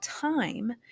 time